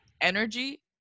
energy